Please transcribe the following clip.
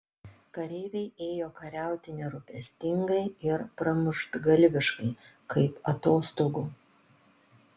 kareiviai ėjo kariauti nerūpestingai ir pramuštgalviškai kaip atostogų